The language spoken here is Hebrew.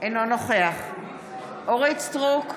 אינו נוכח אורית מלכה סטרוק,